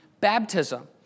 baptism